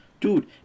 Dude